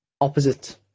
opposite